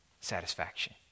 satisfaction